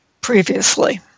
previously